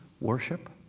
Worship